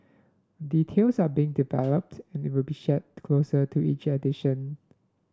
details are being developed and will be shared closer to each edition